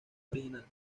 original